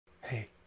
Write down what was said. Hey